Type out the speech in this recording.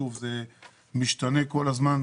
שוב, זה משתנה כל הזמן.